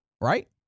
Right